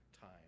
time